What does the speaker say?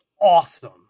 awesome